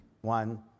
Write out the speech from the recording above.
one